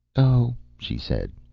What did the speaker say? oh, she said,